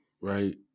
right